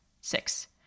Six